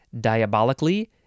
Diabolically